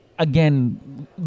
Again